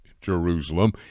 Jerusalem